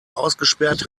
ausgesperrt